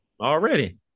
Already